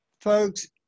folks